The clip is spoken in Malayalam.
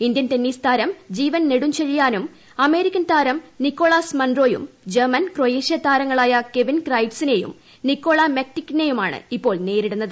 ഇന്ത്യൻ ടെന്നീസ് താരം ജീവൻ നെടുംചെഴിയാനും അമേരിക്കൻ താരം നിക്കോളാസ് മൺറോയും ജെർമൻ ക്രൊയേഷ്യ താരങ്ങളായ കെവിൻ ക്രൈറ്റ്സിനേയും നിക്കോള മെക്റ്റിക്കിനേയുമാണ് ഇപ്പോൾ നേരിടുന്നത്